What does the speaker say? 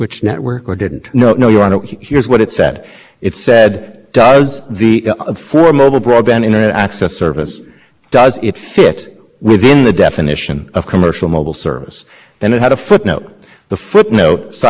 have anticipated how they might amend it which would have been useful but they say at least we should have anticipated that they would amendment not to go back to church titles question relating to functional equivalence same issue this was not addressed in